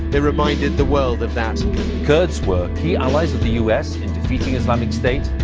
they reminded the world of that kurds were key allies of the u s. in defeating islamic state.